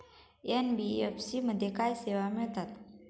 NBFC मध्ये काय सेवा मिळतात?